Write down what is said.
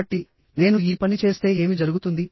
కాబట్టి నేను ఈ పని చేస్తే ఏమి జరుగుతుంది